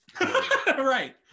Right